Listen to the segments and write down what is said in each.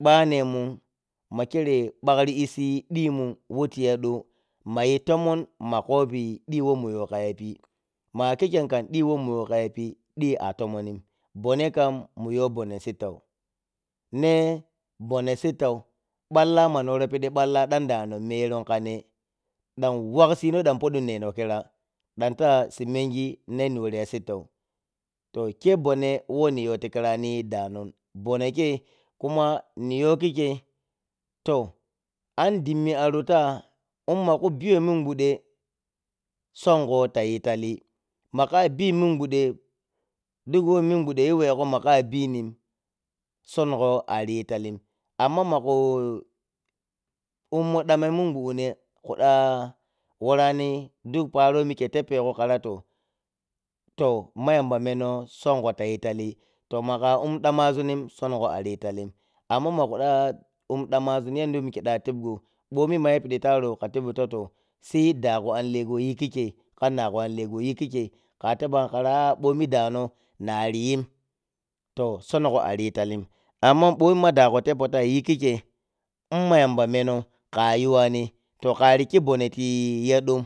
Banemun ma kyereh bagri issi ɗimun who tiya ɗoh mayi tomon ma kwoi diwo mun yow kha yapi ma’a khikkyeiyim kam ɗiwo mun yow khayapi diyi a tomonim, bonneh kam mun yow bonneh sittau neh bonneh sittau, balla ma ni worow piɗi balla ɗan ɗano merun khaneh, ɗan wragsino ɗan podun nehno khira ɗan ta si menghi ma ni worya sittau to kyeiyi bonneh wo ni yow tik hi rani danon, bonneh jyeiyi kuma ni yow khikkyeiyi to an dimmi aro ta imma khu biyow mingbute, songho ta yi tallu ma kha bi mmunghude duk wo min ghude yuwegho waka binim songho ariyi talim amma makhu ummow ɗama mungbude khu ɗa worani duk paro wo mikkyeiyi te ppegho khara to to ma yamba me how songho tayi tali to makha umm ɗamazuni, sohjo ariyi tallin amma ma khu ɗa umm ɗamrazun yanda wo mikkye iyi ɗa tepgho boni ma yapiɗi tarow si dagho an lehgho y iyi khikkyeyi khra tebani khara a’a boni dano nari yim, to bomin ma dago teppow la khiyi khikkyeyi imma yamba me now kha yuwani to khari khi bonneh liya dom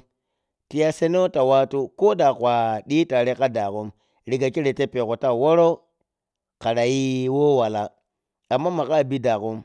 tiya seneh wo ta wattu ko da kha ɗi tare kha da gom riga kyere teppesho ta woro kharayi wo wela amma makka bi dagon.